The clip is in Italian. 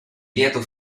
lieto